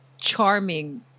charming